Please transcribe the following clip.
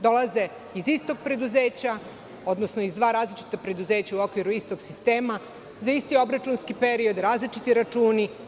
Dolaze iz istog preduzeća, odnosno iz dva različita preduzeća u okviru istog sistema za isti obračunski period različiti računi.